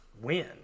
win